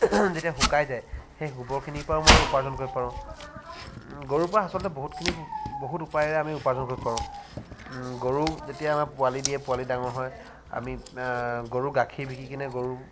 যেতিয়া শুকাই যায় সেই গোবৰখিনিৰপৰা মই উপাৰ্জন কৰিব পাৰোঁ গৰুৰপৰা আচলতে বহুত বহুত উপায়েৰে উপাৰ্জন কৰিব পাৰোঁ গৰু যেতিয়া আমাৰ পোৱালী দিয়ে পোৱালী ডাঙৰ হয় আমি গৰুৰ গাখীৰ বিকিকেনে গৰু